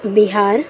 Bihar